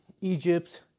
Egypt